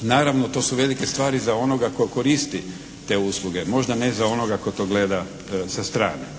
Naravno to su velike stvari za onoga koji koristi te usluge. Možda ne za onoga koji to gleda sa strane.